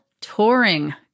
touring